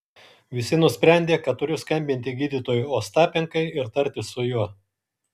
visi nusprendė kad turiu skambinti gydytojui ostapenkai ir tartis su juo